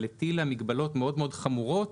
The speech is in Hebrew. אבל הטילה מגבלות מאוד חמורות